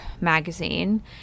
magazine